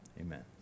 Amen